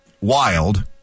wild